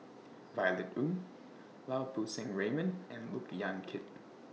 Violet Oon Lau Poo Seng Raymond and Look Yan Kit